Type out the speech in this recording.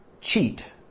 cheat